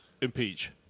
Impeach